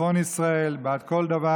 ביטחון ישראל, בעד כל דבר